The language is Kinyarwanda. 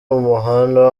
umuhanda